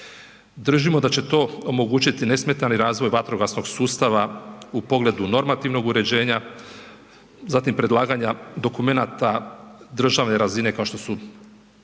držimo da će to omogućiti nesmetani razvoj vatrogasnog sustava u pogledu normativnog uređenja, zatim predlaganja dokumenata državne razine kao što su